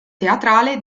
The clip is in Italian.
teatrale